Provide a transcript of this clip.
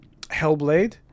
Hellblade